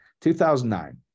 2009